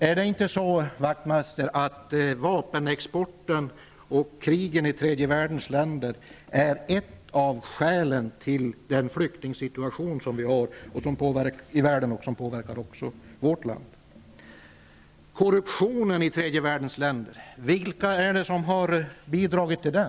Är det inte så, Ian Wachtmeister, att vapenexporten och krigen i tredje världens länder är ett av skälen till den flyktingsituation som råder i världen och som påverkar också vårt land? Vilka är det som har bidragit till korruptionen i tredje världens länder?